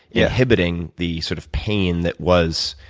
inhibiting the sort of pain that was